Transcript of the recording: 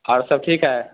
और सब ठीक है